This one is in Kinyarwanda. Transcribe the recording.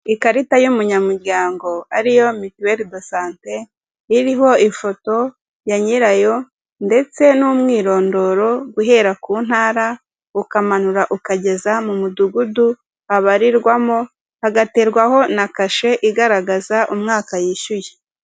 Ikarita y’umunyamuryango ariyo mituweri do sante iriho ifoto ya nyirayo ndetse n’umwirondoro, guhera ku ntara ukamanura ukageza mu mudugudu abarirwamo hagaterwaho na kashe, igaragaza umwaka yishyuye.